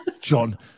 John